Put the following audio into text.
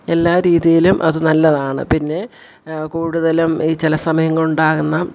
എല്ലാരീതിയിലും അത് നല്ലതാണ് പിന്നെ കൂടുതലും ഈ ചില സമയങ്ങളിൽ ഉണ്ടാകുന്ന